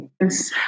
Yes